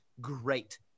great